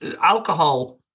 Alcohol